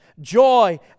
joy